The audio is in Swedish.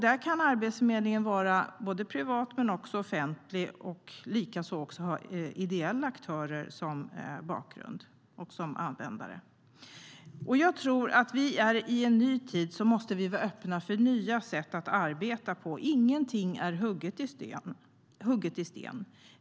Där kan arbetsförmedlingen vara både privat och offentlig, liksom ha ideella aktörer som bakgrund och användare. Jag tror att vi är i en ny tid och att vi måste vara öppna för nya sätt att arbeta på. Ingenting är hugget i sten.